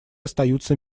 остаются